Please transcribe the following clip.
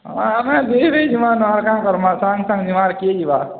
ହଁ ଆମେ ଦୁଇ ଦୁଇ ଯିମାର୍ ଆର୍ କାଣା କରମା ସାଙ୍ଗ୍ ସାଙ୍ଗେର୍ ଯିମା ଆର୍ କିଏ ଯିବା